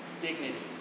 dignity